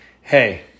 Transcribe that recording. hey